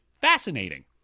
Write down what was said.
Fascinating